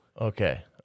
Okay